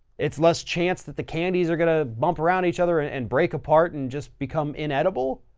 it's less chance that the candies are going to bump around each other ah and break apart and just become inedible.